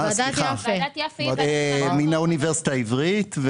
מהאוניברסיטה העברית.